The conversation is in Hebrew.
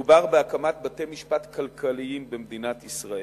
מדובר בהקמת בתי-משפט כלכליים במדינת ישראל,